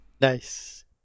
Nice